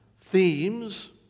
themes